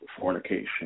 fornication